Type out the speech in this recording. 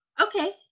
Okay